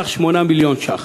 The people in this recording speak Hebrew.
בסך 8 מיליון ש"ח.